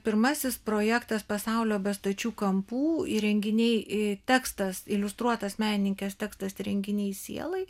pirmasis projektas pasaulio be stačių kampų įrenginiai ir tekstas iliustruotas menininkės tekstas renginiai sielai